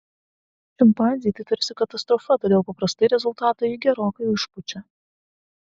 šimpanzei tai tarsi katastrofa todėl paprastai rezultatą ji gerokai išpučia